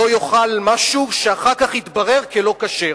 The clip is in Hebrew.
אף אחד לא יאכל משהו שאחר כך יתברר כלא-כשר,